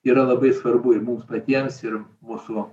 yra labai svarbu ir mums patiems ir mūsų